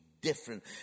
different